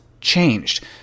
changed